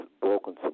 broken